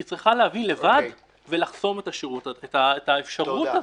היא צריכה להבין לבד ולחסום את האפשרות הזאת.